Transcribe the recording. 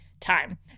time